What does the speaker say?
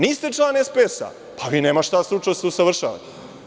Niste član SPS-a, pa vi nema šta da se stručno usavršavate.